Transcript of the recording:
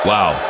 Wow